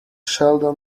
sheldon